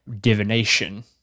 divination